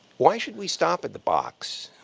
why should we stop at the box?